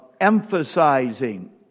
emphasizing